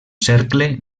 cercle